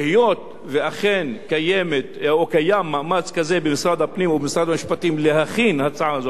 היות שאכן קיים מאמץ כזה במשרד הפנים או במשרד המשפטים להכין הצעה כזאת,